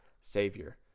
savior